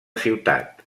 ciutat